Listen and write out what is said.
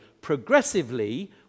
Progressively